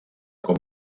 com